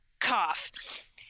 Cough